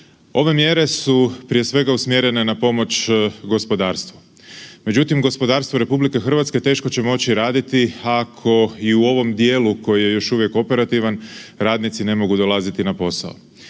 Ove mjere su prije svega usmjerene na pomoć gospodarstvu. Međutim, gospodarstvo RH teško će moći raditi ako i u ovom dijelu koji je još uvijek operativan radnici ne mogu dolaziti na posao.